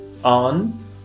on